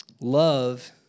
Love